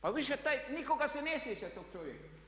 Pa više taj, nitko ga se ne sjeća tog čovjeka.